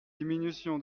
diminution